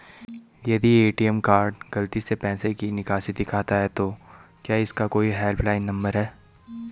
यदि ATM card गलती से पैसे की निकासी दिखाता है तो क्या इसका कोई हेल्प लाइन नम्बर है?